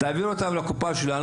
תעביר אותם לקופה שלנו.